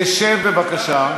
תשב בבקשה.